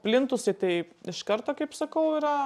plintusai tai iš karto kaip sakau yra